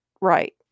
Right